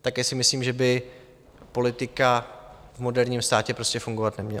Takhle si myslím, že by politika v moderním státě prostě fungovat neměla.